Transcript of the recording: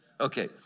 Okay